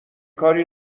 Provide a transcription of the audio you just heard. کاری